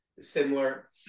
similar